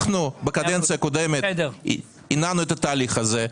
אנחנו בקדנציה הקודמת הנענו את התהליך הזה.